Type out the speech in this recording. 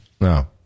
No